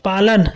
पालन